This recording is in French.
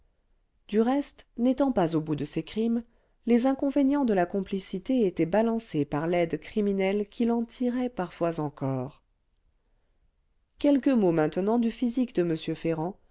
du reste n'étant pas au bout de ses crimes les inconvénients de la complicité étaient balancés par l'aide criminelle qu'il en tirait parfois encore quelques mots maintenant du physique de m ferrand